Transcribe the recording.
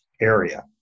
area